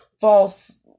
false